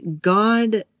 God